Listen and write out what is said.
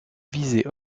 visée